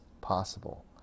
possible